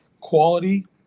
quality